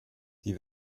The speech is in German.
die